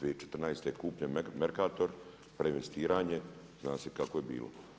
2014. je kupljen Merkator, preinvestiranje zna se kako je bilo.